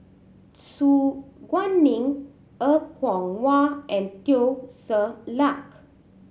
Su Guaning Er Kwong Wah and Teo Ser Luck